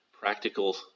practical